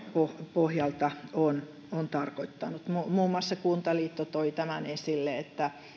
pohjalta on on tarkoittanut muun muassa kuntaliitto toi tämän esille että